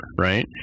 right